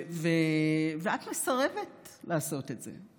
ואת מסרבת לעשות את זה,